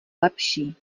lepší